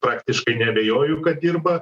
praktiškai neabejoju kad dirba